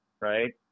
right